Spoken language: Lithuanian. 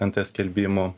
nt skelbimų